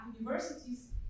universities